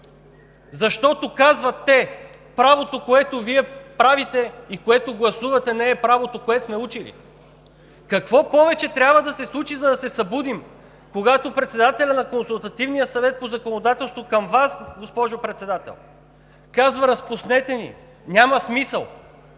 защото, казват те: „Правото, което Вие правите и което гласувате, не е правото, което сме учили“? Какво повече трябва да се случи, за да се събудим, когато председателят на Консултативния съвет по законодателство към Върховния административен съд, госпожо Председател, казва: „Разпуснете ни, няма смисъл!“